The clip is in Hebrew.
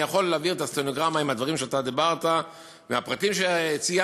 אני יכול להביא את הסטנוגרמה עם הדברים שאתה דיברת והפרטים שציינת,